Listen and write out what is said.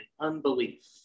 unbelief